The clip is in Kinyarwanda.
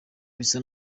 bisa